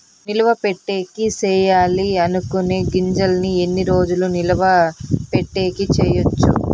నిలువ పెట్టేకి సేయాలి అనుకునే గింజల్ని ఎన్ని రోజులు నిలువ పెట్టేకి చేయొచ్చు